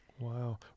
Wow